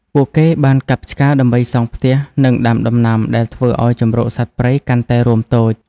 ពួកគេបានកាប់ឆ្ការដីដើម្បីសង់ផ្ទះ និងដាំដំណាំ ដែលធ្វើឱ្យជម្រកសត្វព្រៃកាន់តែរួមតូច។